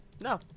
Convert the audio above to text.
no